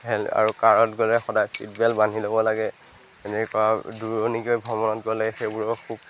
হেল আৰু কাৰত গ'লে সদায় ছিটবেল্ট বান্ধি ল'ব লাগে এনেকুৱা দূৰণিকৈ ভ্ৰমণত গ'লে সেইবোৰৰ খুব